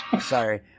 Sorry